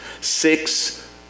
six